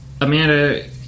Amanda